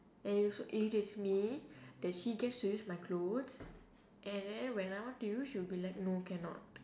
and it also irritates me that she gets to use my clothes and then when I want to use she will be like no cannot